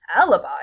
alibi